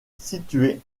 située